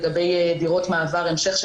לגבי דירות מעבר המשך,